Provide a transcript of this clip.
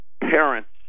Parents